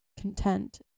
content